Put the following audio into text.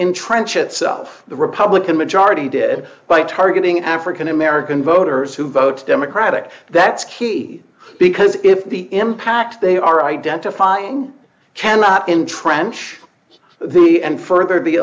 intrench itself the republican majority did by targeting african american voters who vote democratic that's key because if the impact they are identifying cannot intrench the and further